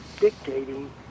dictating